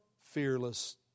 fearless